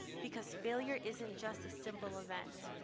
because failure isn't just a simple event